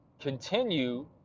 continue